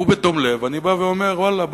ובתום לב אני בא ואומר: ואללה,